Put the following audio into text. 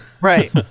Right